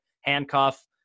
Handcuff